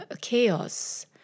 chaos